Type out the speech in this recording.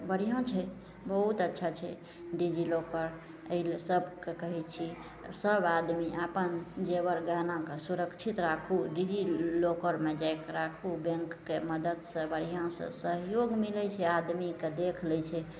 बढ़िआँ छै बहुत अच्छा छै डिजी लॉकर एहि सभकेँ कहै छिए सभ आदमी अपन जेवरके गहनाके सुरक्षित राखू डिजी लॉकरमे जाके राखू जे लोकके मदतिसे सहयोग मिलै छै आदमीकेँ देखि लै छै